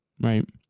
right